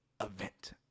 event